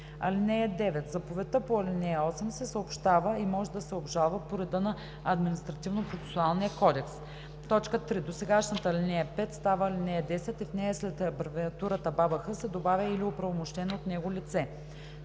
(9) Заповедта по ал. 8 се съобщава и може да се обжалва по реда на Административно-процесуалния кодекс.“ 3. Досегашната ал. 5 става ал. 10 и в нея след абревиатурата „БАБХ“ се добавя „или оправомощено от него лице“.